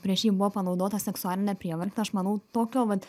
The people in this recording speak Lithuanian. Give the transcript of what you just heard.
prieš jį buvo panaudota seksualinė prievarta aš manau tokio vat